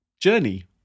journey